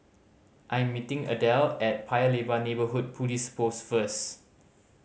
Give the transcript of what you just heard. I am meeting Adele at Paya Lebar Neighbourhood Police Post first